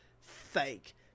fake